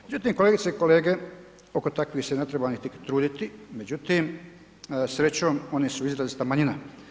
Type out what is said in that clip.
Međutim, kolegice i kolege, oko takvih se niti ne treba truditi, međutim srećom oni su izrazita manjina.